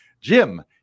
Jim